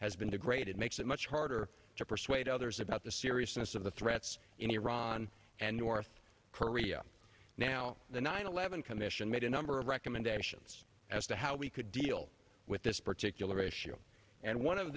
has been degraded makes it much harder to persuade others about the seriousness of the threats in iran and north korea now the nine eleven commission made a number of recommendations as to how we could deal with this particular issue and one of